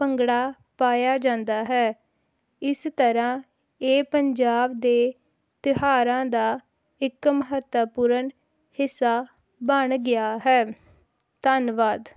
ਭੰਗੜਾ ਪਾਇਆ ਜਾਂਦਾ ਹੈ ਇਸ ਤਰ੍ਹਾਂ ਇਹ ਪੰਜਾਬ ਦੇ ਤਿਉਹਾਰਾਂ ਦਾ ਇੱਕ ਮਹੱਤਵਪੂਰਨ ਹਿੱਸਾ ਬਣ ਗਿਆ ਹੈ ਧੰਨਵਾਦ